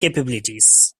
capabilities